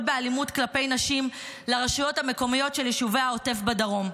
באלימות כלפי נשים לרשויות המקומיות של יישובי העוטף בדרום.